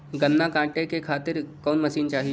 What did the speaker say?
गन्ना कांटेके खातीर कवन मशीन चाही?